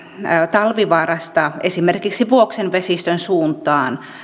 talvivaarasta esimerkiksi vuoksen vesistön suuntaan